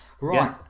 Right